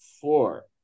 four